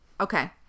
Okay